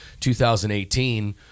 2018